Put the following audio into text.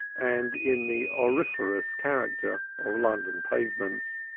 and in the auriferous character of london pavements.